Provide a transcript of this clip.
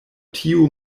tiu